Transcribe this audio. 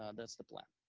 um that's the plan.